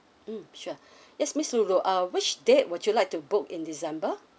mm sure yes miss lu lu uh which date would you like to book in december